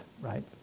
Right